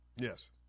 Yes